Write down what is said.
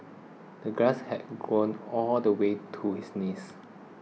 the grass had grown all the way to his knees